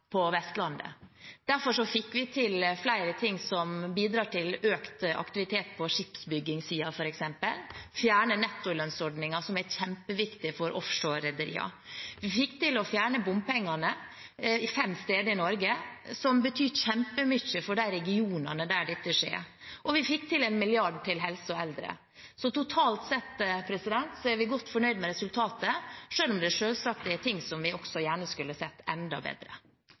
på Vestlandet. Derfor fikk vi til flere ting som bidrar til økt aktivitet på skipsbyggingssiden, f.eks. å fjerne nettolønnsordningen, som er kjempeviktig for offshorerederiene. Vi fikk til å fjerne bompengene fem steder i Norge, som betyr kjempemye for de regionene der dette skjer. Og vi fikk til en milliard til helse og eldre. Så totalt sett er vi godt fornøyd med resultatet, selv om det selvsagt er ting vi også gjerne skulle sett enda bedre.